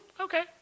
okay